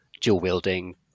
dual-wielding